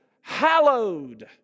hallowed